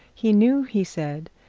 he knew, he said,